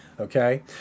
okay